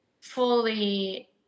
fully